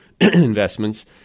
investments